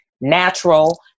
natural